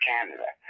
Canada